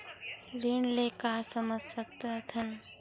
ऋण ले का समझ सकत हन?